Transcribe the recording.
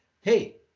hey